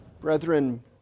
Brethren